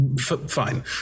Fine